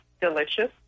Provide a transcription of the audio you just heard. delicious